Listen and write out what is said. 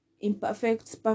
Imperfect